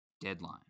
Deadline